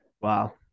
Wow